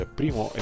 primo